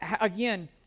again